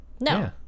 No